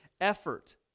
effort